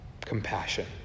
compassion